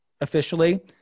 officially